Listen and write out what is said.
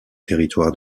territoire